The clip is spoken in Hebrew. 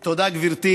תודה, גברתי.